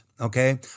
Okay